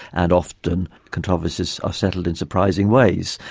and often controversies are settled in surprising ways.